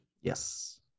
Yes